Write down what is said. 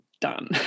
done